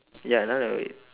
ya none of it